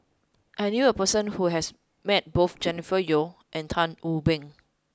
I knew a person who has met both Jennifer Yeo and Tan Wu Meng